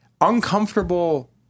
uncomfortable